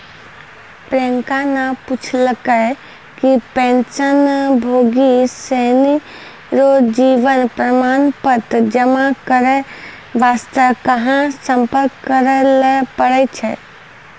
प्रियंका ने पूछलकै कि पेंशनभोगी सिनी रो जीवन प्रमाण पत्र जमा करय वास्ते कहां सम्पर्क करय लै पड़ै छै